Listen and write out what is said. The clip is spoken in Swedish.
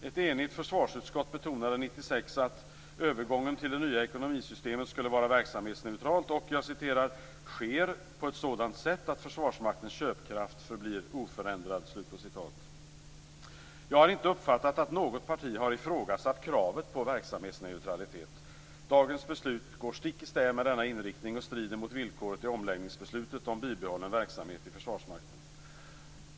Ett enigt försvarsutskott betonade 1996 att övergången till det nya ekonomisystemet skulle vara verksamhetsneutralt och ske "på ett sådant sätt att Försvarsmaktens köpkraft förblir oförändrad". Jag har inte uppfattat att något parti har ifrågasatt kravet på verksamhetsneutralitet. Dagens beslut går stick i stäv med denna inriktning och strider mot villkoret i omläggningsbeslutet om bibehållen verksamhet i Försvarsmakten.